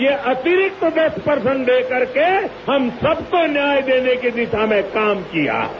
ये अतिरिक्त दस प्रसेंट दे करके हम सबने न्याय देने की दिशा में काम किया है